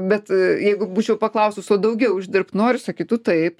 bet jeigu būčiau paklausus o daugiau uždirbt nori sakytų taip